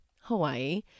Hawaii